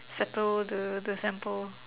settle the the sample